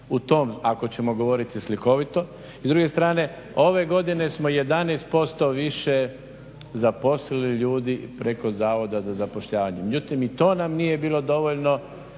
u tom ako ćemo govoriti slikovito. I s druge strane ove godine smo 11% više zaposlili ljudi preko Zavoda za zapošljavanje. Međutim, i to nam nije bilo dovoljno